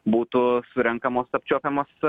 būtų surenkamos apčiuopiamos